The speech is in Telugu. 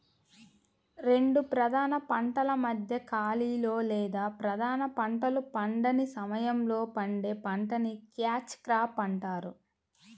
రెండు ప్రధాన పంటల మధ్య ఖాళీలో లేదా ప్రధాన పంటలు పండని సమయంలో పండే పంటని క్యాచ్ క్రాప్ అంటారు